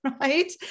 right